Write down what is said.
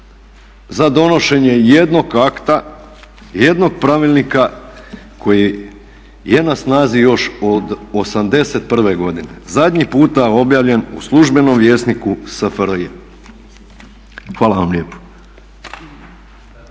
za donošenje jednog akta, jednog pravilnika koji je na snazi još od '81. godine zadnji puta objavljen u službenom Vjesniku SFRJ. Hvala vam lijepo.